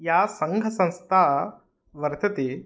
या सङ्घसंस्था वर्तते